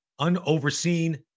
unoverseen